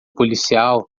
policial